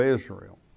Israel